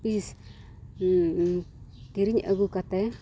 piece ᱠᱤᱨᱤᱧ ᱟᱹᱜᱩ ᱠᱟᱛᱮ